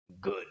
good